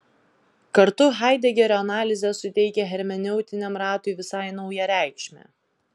kartu haidegerio analizė suteikia hermeneutiniam ratui visai naują reikšmę